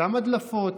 אותן הדלפות,